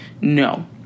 no